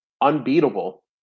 unbeatable